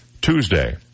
Tuesday